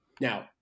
Now